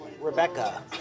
Rebecca